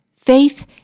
Faith